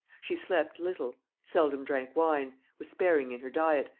she slept little, seldom drank wine, was sparing in her diet,